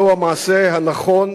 זה המעשה הנכון